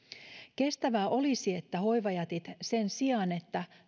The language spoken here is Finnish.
kestävää olisi että hoivajätit sen sijaan että